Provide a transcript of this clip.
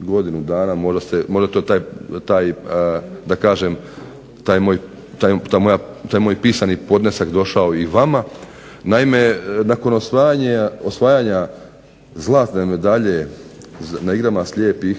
godinu dana, možda je to taj moj pisani podnesak došao i vama. Naime, nakon osvajanja zlatne medalje na igrama slijepih